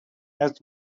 has